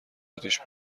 اتیش